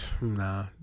nah